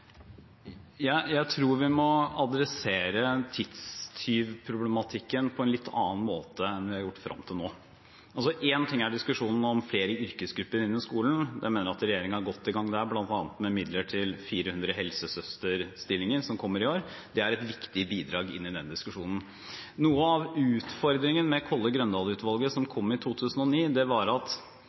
Jeg tror vi må ta tidstyvproblematikken på en litt annen måte enn vi har gjort frem til nå. En ting er diskusjonen om flere yrkesgrupper innenfor skolen. Jeg mener at regjeringen er godt i gang der, bl.a. med midler til 400 helsesøsterstillinger, som kommer i år. Det er et viktig bidrag inn i den diskusjonen. Noe av utfordringen med Kolle Grøndahlutvalget, som kom med sin rapport i 2009, var at